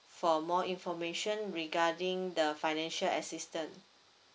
for more information regarding the financial assistance